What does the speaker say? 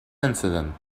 incident